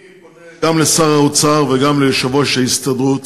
אני פונה גם לשר האוצר וגם ליושב-ראש ההסתדרות: